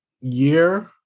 year